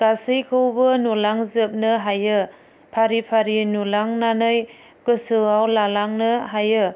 गासैखौबो नुलांजोबनो हायो फारि फारि नुलांनानै गोसोआव लालांनो हायो